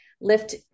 lift